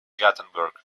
gothenburg